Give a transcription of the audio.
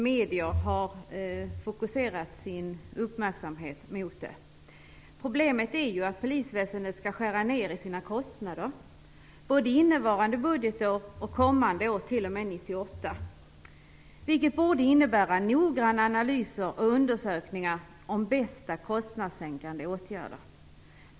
Medierna har fokuserat sin uppmärksamhet på detta. Problemet är att polisväsendet skall skära ned sina kostnader, både innevarande budgetår och kommande år t.o.m. 1998, vilket borde innebära noggranna analyser av och undersökningar om bästa kostnadssänkande åtgärder.